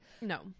no